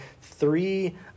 three